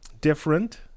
different